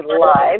live